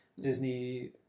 disney